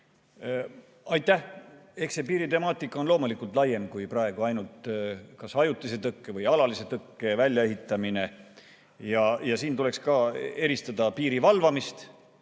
Aitäh! Eks see piiritemaatika on loomulikult laiem kui praegu ainult kas ajutise tõkke või alalise tõkke väljaehitamine. Siin tuleks ka eristada piiri valvamist,